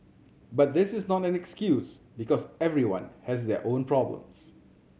but this is not an excuse because everyone has their own problems